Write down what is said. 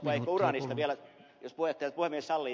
ehkä uraanista vielä jos puhemies sallii